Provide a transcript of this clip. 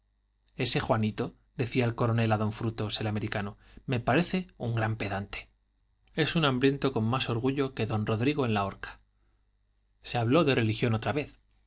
mucho ese juanito decía el coronel a don frutos el americano me parece un gran pedante es un hambriento con más orgullo que don rodrigo en la horca se habló de religión otra vez